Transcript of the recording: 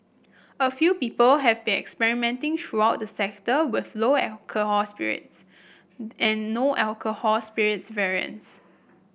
a few people have throughout the sector with lower alcohol spirits and no alcohol spirits variants